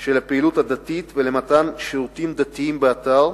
של הפעילות הדתית ולמתן שירותי דת באתר,